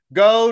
go